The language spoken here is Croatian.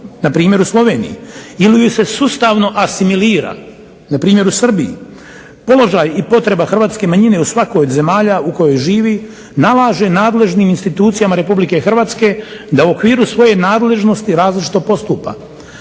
npr. u Sloveniji, ili ju se sustavno asimilira npr. u Srbiji. Položaj i potreba hrvatske manjine u svakoj od zemalja u kojoj živi nalaže nadležnim institucijama Republike Hrvatske da u okviru svoje nadležnosti različito postupa.